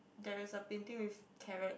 there is a painting with carrots